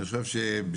אני חושב שבשעתו,